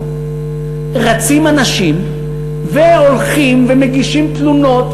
רצים אנשים והולכים ומגישים תלונות,